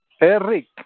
Eric